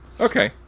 Okay